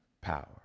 power